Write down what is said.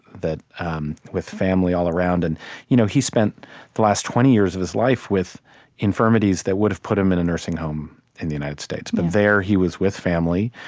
um with family all around, and you know he spent the last twenty years of his life with infirmities that would've put him in a nursing home in the united states. but there, he was with family.